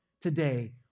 today